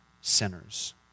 sinners